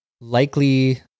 likely